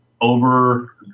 over